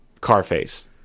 Carface